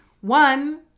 One